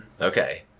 Okay